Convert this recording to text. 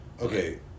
Okay